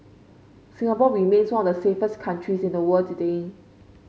Singapore remains one of the safest countries in the world today